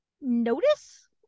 notice